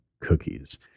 cookies